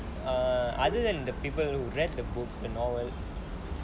err other than the people who read the book and all that